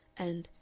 and,